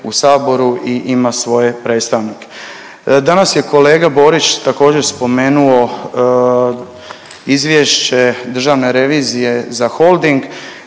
u Saboru i ima svoje predstavnike. Danas je kolega Borić također spomenuo izvješće državne revizije za Holding